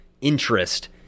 interest